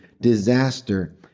disaster